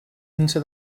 into